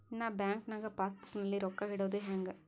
ನಾ ಬ್ಯಾಂಕ್ ನಾಗ pass book ನಲ್ಲಿ ರೊಕ್ಕ ಇಡುದು ಹ್ಯಾಂಗ್?